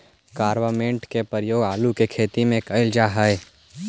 carbamate के प्रयोग आलू के खेत में कैल जा हई